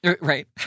right